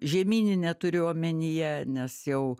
žemyninė turiu omenyje nes jau